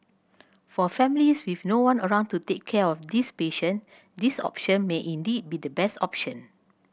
for families with no one around to take care of these patient this option may indeed be the best option